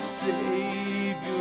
Savior